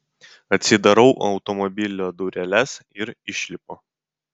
atsidarau automobilio dureles ir išlipu